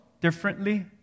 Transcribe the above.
differently